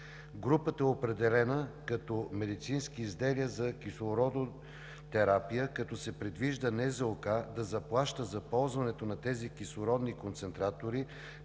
Групата е определена като: „медицински изделия за кислородотерапия“, като се предвижда НЗОК да заплаща за ползването на тези кислородни концентратори